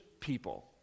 people